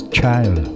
Child